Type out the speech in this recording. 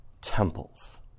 temples